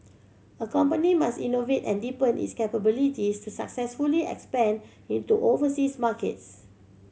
a company must innovate and deepen its capabilities to successfully expand into overseas markets